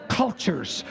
cultures